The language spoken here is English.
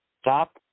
Stop